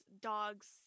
dogs